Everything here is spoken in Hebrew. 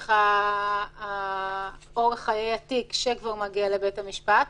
במשך אורך חיי התיק שכבר מגיע לבתי המשפט.